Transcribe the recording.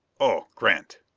oh grant.